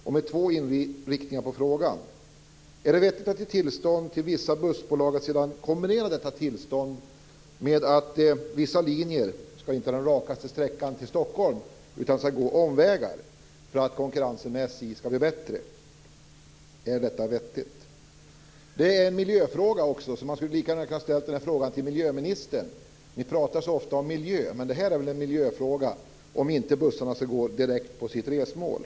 Det är två inriktningar på min fråga. Är det vettigt att ge tillstånd till vissa bussbolag och sedan kombinera detta tillstånd med att vissa linjer inte skall få ta den rakaste sträckan till Stockholm utan måste gå omvägar för att konkurrensen med SJ skall bli bättre? Det här är också en miljöfråga. Man skulle lika gärna ha ställt frågan till miljöministern. Ni talar så ofta om miljö. Men det är väl en miljöfråga om inte bussarna skall få gå direkt till sitt resmål.